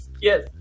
Yes